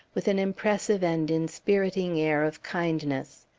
with an impressive and inspiriting air of kindness.